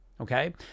Okay